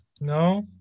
No